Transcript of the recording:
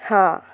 हाँ